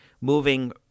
moving